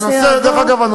דרך אגב,